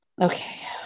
Okay